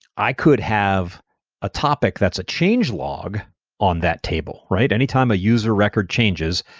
i could have a topic that's a change log on that table, right? anytime a user record changes,